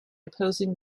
opposing